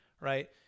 right